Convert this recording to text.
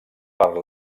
per